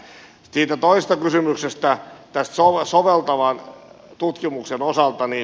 siitä toisesta kysymyksestä tämän soveltavan tutkimuksen osalta